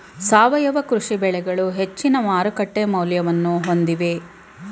ಸಾವಯವ ಕೃಷಿ ಬೆಳೆಗಳು ಹೆಚ್ಚಿನ ಮಾರುಕಟ್ಟೆ ಮೌಲ್ಯವನ್ನು ಹೊಂದಿವೆ